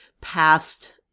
past